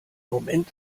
moment